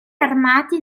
armati